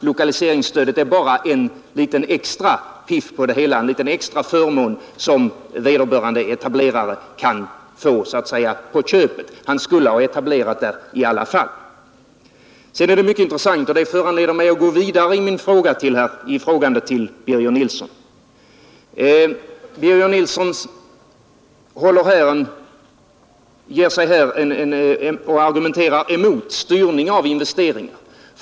Lokaliseringsstödet är bara en liten extra förmån som vederbörande etablerare kan få så att säga på köpet; han skulle ha etablerat där i alla fall. Så är det en mycket intressant sak som föranleder mig att gå vidare i frågandet. Birger Nilsson argumenterar emot styrning av investeringar.